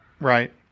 Right